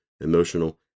emotional